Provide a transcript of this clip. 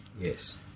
Yes